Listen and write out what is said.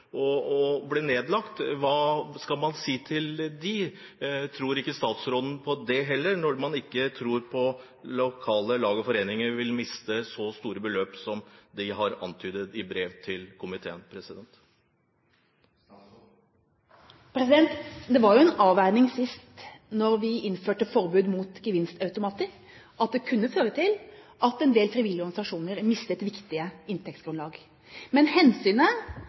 for å bli nedlagt. Hva skal man si til de kvinnene? Tror ikke statsråden på det heller, når man ikke tror på at lokale lag og foreninger vil miste så store beløp som de har antydet i brev til komiteen? Det var jo en avveining da vi innførte forbud mot gevinstautomater, at det kunne føre til at en del frivillige organisasjoner mistet viktige inntektsgrunnlag. Men hensynet